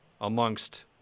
amongst